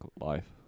life